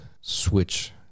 switch